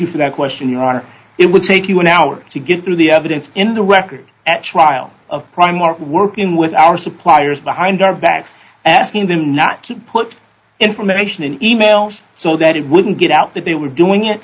you for that question your honor it would take you an hour to get through the evidence in the record at trial of crime are working with our suppliers behind our backs asking them not to put information in emails so that it wouldn't get out that they were doing it